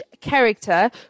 character